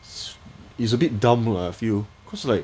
it's a bit dumb lah I feel cause like